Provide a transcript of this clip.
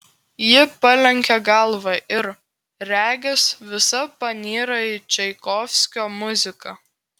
ji palenkia galvą ir regis visa panyra į čaikovskio muziką